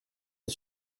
het